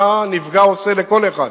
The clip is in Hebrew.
מה הנפגע עושה לכל אחד.